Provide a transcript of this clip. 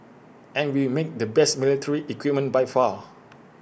and we make the best military equipment by far